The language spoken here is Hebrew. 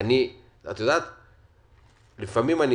לפעמים אני